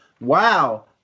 wow